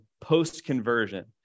post-conversion